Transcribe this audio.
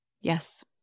Yes